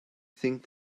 think